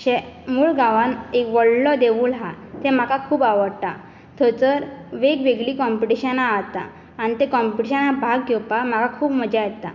शे मुळगांवांत एक व्हडलें देवूळ आसा तें म्हाका खूब आवडटा थंयचर वेगळींवेगळीं कॉम्पिटिशनां आतां आनी ते कॉम्पिटिश्नां भाग घेलपा म्हाका खूब मजा येता